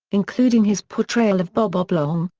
including his portrayal of bob oblong,